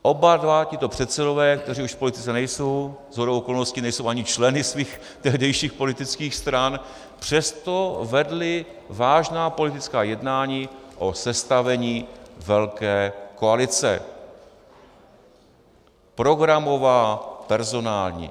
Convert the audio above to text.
Oba dva tito předsedové, kteří už v politice nejsou, shodou okolností nejsou ani členy svých tehdejších politických strany, přesto vedli vážná politická jednání o sestavení velké koalice, programová, personální.